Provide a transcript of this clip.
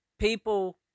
People